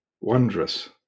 wondrous